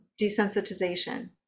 desensitization